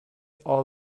all